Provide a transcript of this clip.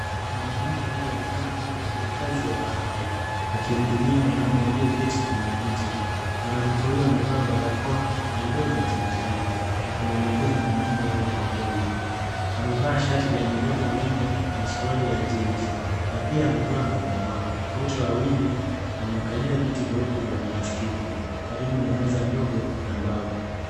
Mwanamke anayeonekana kuwa mfanyikazi wa afya akimhudumia mwanaume aliyeketi kwenye kiti. Mwanamke huyo amevaa barakoa na nguo za hospitali akimelekeza mwanaume huyo kwa upole. Amevaa shati la miraba minne na suruali ya jeans .Pia amevaa barakoa. Wote wawili wamekalia viti vieupe vya plastiki karibu na meza ndogo ya mbao.